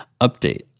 Update